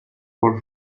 for